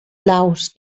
blaus